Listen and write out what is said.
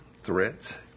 threats